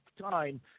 time